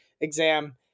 exam